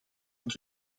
dat